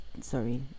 sorry